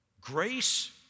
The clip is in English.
Grace